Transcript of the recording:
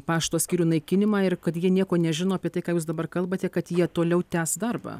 pašto skyrių naikinimą ir kad jie nieko nežino apie tai ką jūs dabar kalbate kad jie toliau tęs darbą